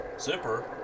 Zipper